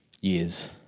years